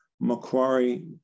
macquarie